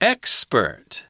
Expert